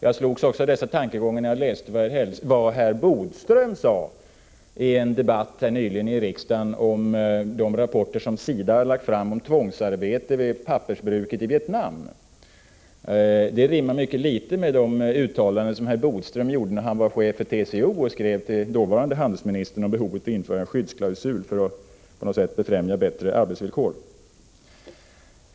Jag slogs också av liknande tankar när jag läste vad herr Bodström nyligen sade i en debatt i riksdagen om de rapporter som SIDA har lagt fram om tvångsarbete vid pappersbruket i Vietnam. De lättsinnigheterna rimmar mycket illa med de uttalanden som herr Bodström gjorde när han var ordförande i TCO och skrev till den dåvarande handelsministern om behovet av införande av skyddsklausul för att på något sätt främja en förbättring av arbetsvillkoren.